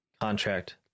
contract